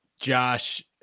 Josh